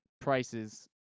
prices